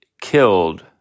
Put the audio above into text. killed